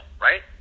right